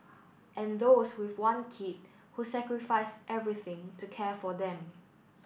and those with one kid who sacrifice everything to care for them